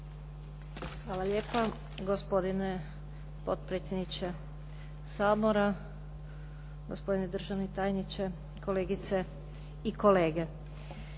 Hvala lijepa gospodine potpredsjedniče, gospodine državni tajniče, kolegice i kolege.